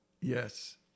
Yes